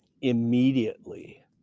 immediately